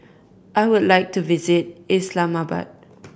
I would like to visit Islamabad